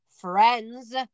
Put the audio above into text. friends